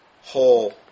whole